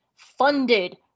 funded